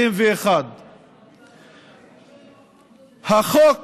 52,491. כיום החוק